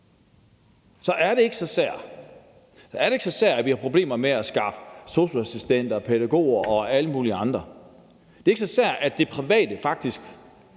Så er det ikke så sært, at vi har problemer med at skaffe sosu-assistenter, pædagoger og alle mulige andre. Det er ikke så sært, at det private faktisk